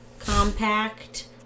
compact